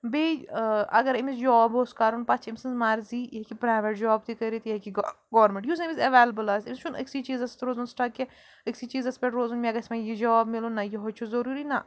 بیٚیہِ اَگر أمِس جاب اوس کَرُن پَتہٕ چھِ أمۍ سٕنٛز مَرضی یہِ ہیٚکہِ پرٛاویٹ جاب تہِ کٔرِتھ یہِ ہیٚکہِ گورمٮ۪نٛٹ یُس أمِس اٮ۪ویلِبٕل آسہِ أمِس چھُنہٕ أکسی چیٖزَس سۭتۍ روزُن سٕٹَک کیٚنٛہہ أکسی چیٖزَس پٮ۪ٹھ روزُن مےٚ گژھِ وۄنۍ یہِ جاب میلُن نَہ یِہوٚے چھُ ضٔروٗری نَہ